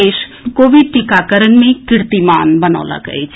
देश कोविड टीकाकरण मे कीर्तिमान बनौलक अछि